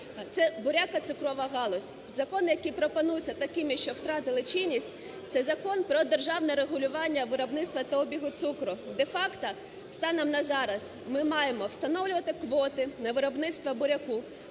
це бурякоцукрова галузь. Закони, які пропонуються такими, що втратили чинність, це Закон "Про державне регулювання виробництва та обігу цукру". Де-факто станом на зараз ми маємо встановлювати квоти на виробництво буряку,